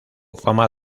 fama